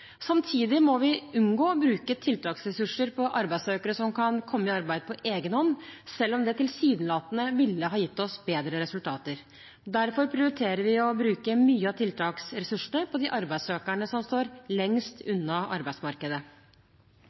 Samtidig må vi unngå å bruke tiltaksressurser på arbeidssøkere som kan komme i arbeid på egen hånd, selv om det tilsynelatende ville gitt oss bedre resultater. Derfor prioriterer vi å bruke mye av tiltaksressursene på de arbeidssøkerne som står lengst unna arbeidsmarkedet.